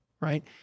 right